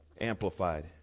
Amplified